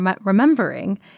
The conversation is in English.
remembering